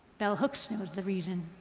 bell hooks knows the reason